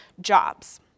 jobs